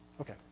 okay